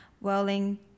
welling